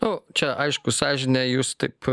nu čia aišku sąžinę jūs taip